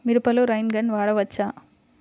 మిరపలో rain gun వాడవచ్చా?